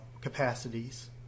capacities